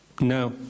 No